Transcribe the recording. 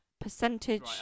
percentage